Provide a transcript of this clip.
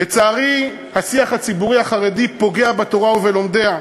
לצערי, השיח הציבורי החרדי פוגע בתורה ובלומדיה.